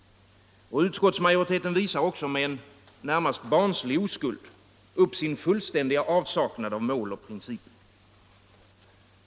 Utskottsmajoriteten visar också med närmast barnslig oskuld upp sin fullständiga avsaknad av mål och principer.